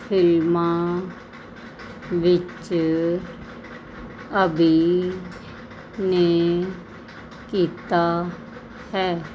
ਫ਼ਿਲਮਾਂ ਵਿੱਚ ਅਭਿਨੈ ਕੀਤਾ ਹੈ